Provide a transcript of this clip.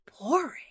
boring